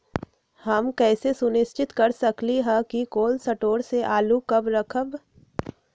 हम कैसे सुनिश्चित कर सकली ह कि कोल शटोर से आलू कब रखब?